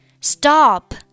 Stop